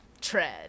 Tread